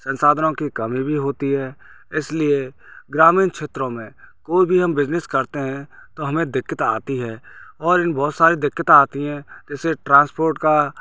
संसाधनों की कमी भी होती है इसलिए ग्रामीण क्षेत्रो में कोई भी हम बिजनेस करते हैं तो हमें दिक्कत आती है और इनमे बहुत सारी दिक्कत आती है जैसे ट्रांसपोर्ट का